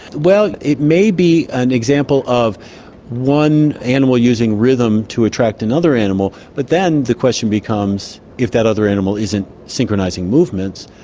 well, it may be an example of one animal using rhythm to attract another animal, but then the question becomes if that other animal isn't synchronising movements,